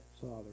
Father